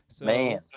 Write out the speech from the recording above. Man